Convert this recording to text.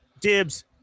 Dibs